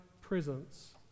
presence